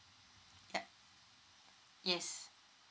yup yes